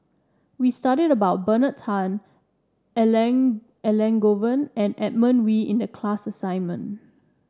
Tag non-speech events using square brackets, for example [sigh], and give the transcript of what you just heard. we studied about Bernard Tan [unintelligible] Elangovan and Edmund Wee in the class assignment